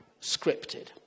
scripted